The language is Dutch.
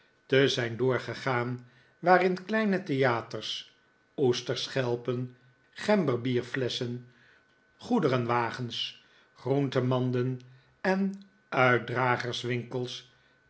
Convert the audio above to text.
te zijn doorgegaan waarin kleine theaters oesterschelpen gemberbierflesschen goederenwagens groentemanden en uitdragerswinkels